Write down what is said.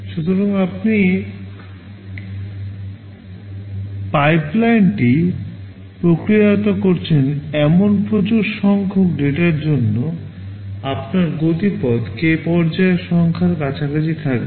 সুতরাং আপনি পাইপলাইনটি প্রক্রিয়াজাত করছেন এমন প্রচুর সংখ্যক ডেটার জন্য আপনার গতিপথ k পর্যায়ের সংখ্যার কাছাকাছি থাকবে